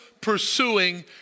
pursuing